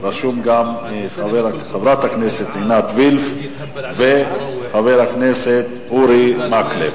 רשומים גם חברת הכנסת עינת וילף וחבר הכנסת אורי מקלב.